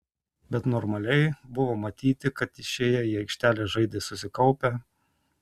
bet normaliai buvo matyti kad išėję į aikštelę žaidė susikaupę